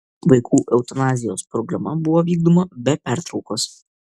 vaikų eutanazijos programa buvo vykdoma be pertraukos